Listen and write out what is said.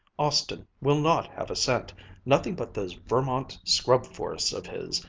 austin will not have a cent nothing but those vermont scrub forests of his.